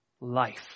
Life